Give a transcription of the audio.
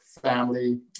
family